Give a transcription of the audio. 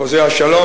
חוזה השלום,